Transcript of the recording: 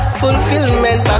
fulfillment